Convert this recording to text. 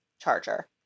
charger